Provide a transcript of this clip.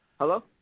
Hello